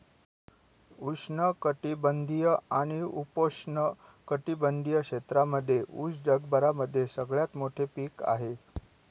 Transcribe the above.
उष्ण कटिबंधीय आणि उपोष्ण कटिबंधीय क्षेत्रांमध्ये उस जगभरामध्ये सगळ्यात मोठे पीक आहे